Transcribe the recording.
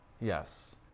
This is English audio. Yes